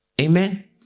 Amen